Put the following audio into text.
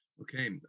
Okay